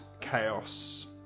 chaos